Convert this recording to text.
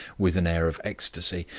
with an air of ecstasy.